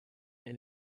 and